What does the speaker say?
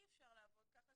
אי אפשר לעבוד ככה.